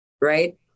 right